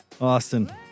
Austin